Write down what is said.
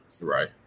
Right